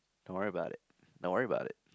don't worry about it don't worry about it